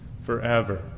forever